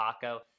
Paco